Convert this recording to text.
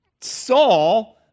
Saul